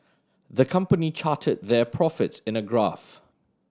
the company charted their profits in a graph